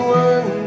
one